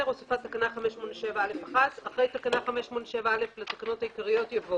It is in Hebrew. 10. הוספת תקנה 587א1. אחרי תקנה 587א לתקנות העיקריות יבוא